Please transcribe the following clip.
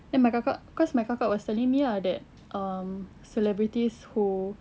then my kakak cause my kakak was telling me ah that um celebrities who